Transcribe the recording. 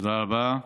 תודה רבה.